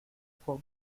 for